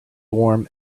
warm